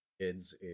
kids